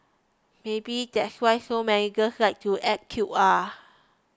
maybe that's why so many girls like to act cute ah